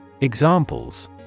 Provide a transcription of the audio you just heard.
Examples